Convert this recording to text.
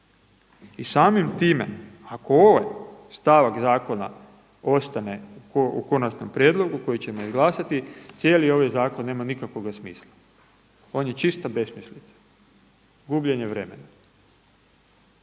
I samim time ako ovaj stavak zakona ostane u konačnom prijedlogu koji ćemo izglasati cijeli ovaj zakon nema nikakvog smisla, on je čista besmislica, gubljenje vremena.